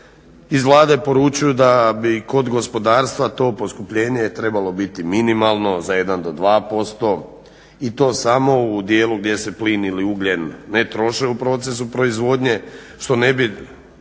Iz Vlade poručuju da bi kod gospodarstva to poskupljenje trebalo biti minimalno za 1-2% i to samo u dijelu gdje se plin ili ugljen ne troše u procesu proizvodnje, što ne bi